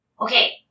Okay